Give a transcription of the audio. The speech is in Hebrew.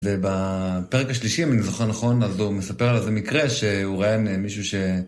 ובפרק השלישי, אם אני זוכר נכון, אז הוא מספר על איזה מקרה שהוא ראה מישהו ש...